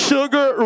Sugar